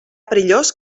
perillós